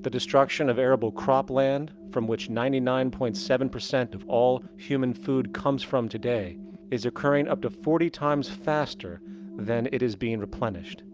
the destruction of arable crop land, from which ninety nine point seven of all human food comes from today is occurring up to forty times faster than it is being replenished.